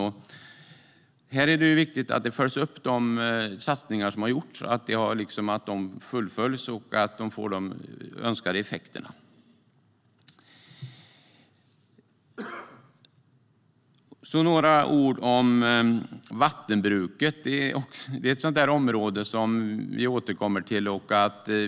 Det är viktigt att de satsningar som har gjorts följs upp för att se om de har fått de önskade effekterna. Sedan vill jag säga några ord om vattenbruket. Det är också ett område som vi återkommer till.